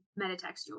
metatextual